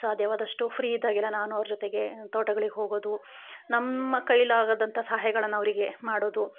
ಸಾಧ್ಯವಾದಷ್ಟು ಫ್ರೀ ಇದ್ದಾಗೆಲ್ಲ ನಾನು ಅವ್ರ ಜೊತೆಗೆ ತೋಟಗಳಿಗೆ ಹೋಗೋದು ನಮ್ಮ ಕೈಯಲಾಗದಂಥ ಸಹಾಯಗಳನ್ನು ಅವರಿಗೆ ಮಾಡೋದು